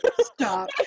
stop